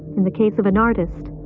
in the case of an artist,